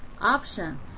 option